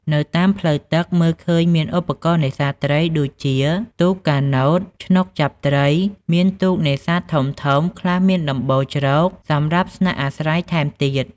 នៅតាមផ្លូវទឹក មើលឃើញមានឧបករណ៍នេសាទត្រី ដូចជា ទូកកាណូត ឆ្នុកចាប់ត្រី មានទូកនេសាទធំៗ ខ្លះមានដំបូលជ្រកសម្រាប់ស្នាក់អាស្រ័យថែមទៀត។